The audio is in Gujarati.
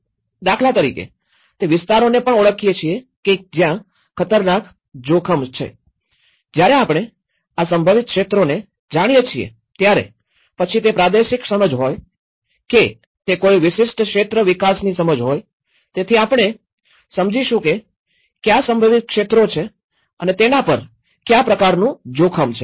દાખલા તરીકે આપણે તે વિસ્તારોને પણ ઓળખીએ છીએ કે જ્યાં ખતરનાક જોખમ છે જ્યારે આપણે આ સંભવિત ક્ષેત્રોને જાણીએ છીએ ત્યારે પછી તે પ્રાદેશિક સમજ હોય કે તે કોઈ વિશિષ્ટ ક્ષેત્ર વિકાસની સમજ હોય તેથી આપણે સમજીશું કે કયા સંભવિત ક્ષેત્રો છે અને તેના પર કયા પ્રકારનું જોખમ છે